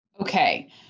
Okay